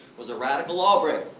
was a radical lawbreaker.